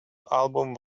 album